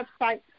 website